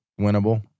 winnable